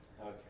Okay